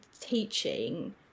teaching